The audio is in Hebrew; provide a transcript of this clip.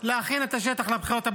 להכין את השטח לבחירות הבאות.